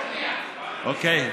אוקיי.